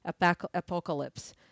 apocalypse